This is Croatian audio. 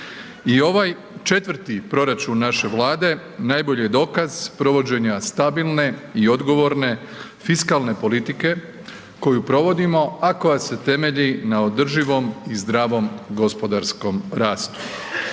I ovaj 4 proračun naše Vlade najbolji je dokaz provođenja stabilne i odgovorne fiskalne politike koju provodimo, a koja se temelji na održivom i zdravom gospodarskom rastu.